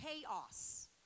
chaos